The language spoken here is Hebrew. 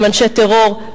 הם אנשי טרור,